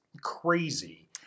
crazy